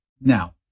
Now